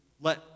let